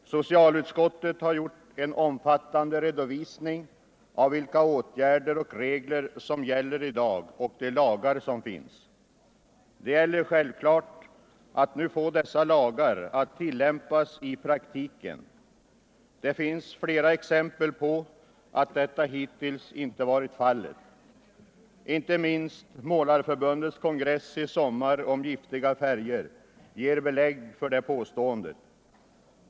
Herr talman! Vi är fyra motionärer som i anslutning till detta ärende har begärt en översyn av de bestämmelser som gäller för hanteringen av hälsofarliga ämnen, främst inom måleribranschen. Socialutskottet har gjort en omfattande redovisning av vilka åtgärder som vidtagits och vilka regler som gäller i dag samt vilka lagar som nu finns Nu gäller det självklart att få dessa lagar att tillämpas i praktiken. Det finns flera exempel på att så inte alltid har skett hittills. Inte minst det som sades om giftiga färger på Målareförbundets kongress i somras gav belägg för det påståendet.